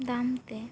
ᱫᱟᱢ ᱛᱮ